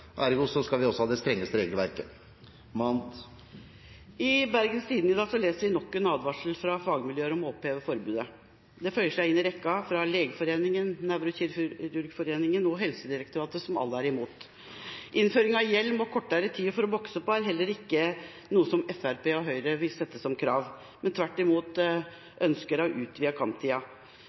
ergo skal vi også ha det strengeste regelverket. I Bergens Tidende i dag leser vi nok en advarsel fra fagmiljøer om å oppheve forbudet. Det føyer seg inn i rekka av advarsler fra Legeforeningen, Norsk nevrokirurgisk forening og Helsedirektoratet, som alle er imot. Innføring av hjelm og kortere boksetid er heller ikke noe som Fremskrittspartiet og Høyre vil sette som krav; de ønsker tvert imot å utvide